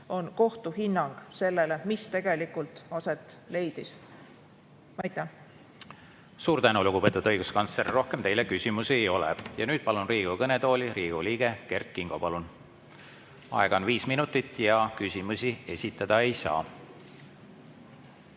on kohtu hinnang sellele, mis tegelikult aset leidis. Suur tänu, lugupeetud õiguskantsler! Rohkem teile küsimusi ei ole. Nüüd palun Riigikogu kõnetooli Riigikogu liikme Kert Kingo. Palun! Aega on viis minutit ja küsimusi esitada ei saa.